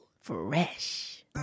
Fresh